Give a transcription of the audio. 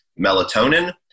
melatonin